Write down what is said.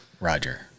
roger